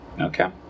Okay